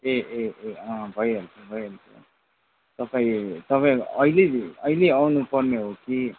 ए ए अँ भइहाल्छ भइहाल्छ तपाईँ तपाईँ अहिले अहिले आउनुपर्ने हो कि